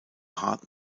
hart